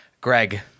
Greg